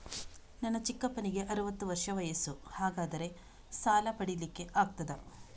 ನನ್ನ ಚಿಕ್ಕಪ್ಪನಿಗೆ ಅರವತ್ತು ವರ್ಷ ವಯಸ್ಸು, ಹಾಗಾದರೆ ಸಾಲ ಪಡೆಲಿಕ್ಕೆ ಆಗ್ತದ?